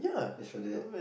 just for that